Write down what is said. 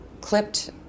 clipped